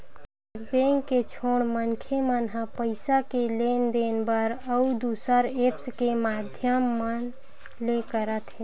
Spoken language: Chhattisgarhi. आज बेंक के छोड़ मनखे मन ह पइसा के लेन देन बर अउ दुसर ऐप्स के माधियम मन ले करत हे